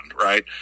right